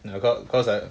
I got cause err